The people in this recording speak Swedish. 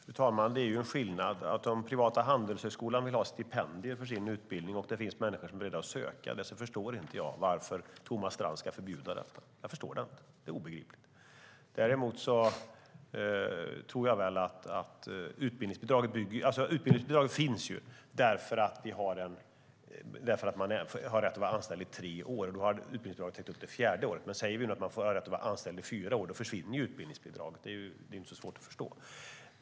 Fru talman! Det finns en skillnad. Om den privata Handelshögskolan vill ha stipendier för sin utbildning och det finns människor som är beredda att söka dessa så förstår inte jag varför Thomas Strand ska förbjuda detta. Det är obegripligt. Utbildningsbidraget, däremot, finns därför att man har rätt att vara anställd i tre år. Utbildningsbidraget har täckt upp det fjärde året. Men om vi nu säger att man har rätt att vara anställd i fyra år försvinner utbildningsbidraget. Det är inte så svårt att förstå.